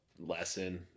lesson